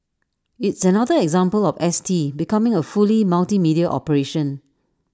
IT is another example of S T becoming A fully multimedia operation